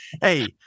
Hey